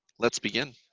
let's begin.